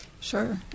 Sure